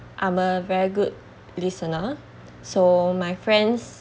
I'm a very good listener so my friends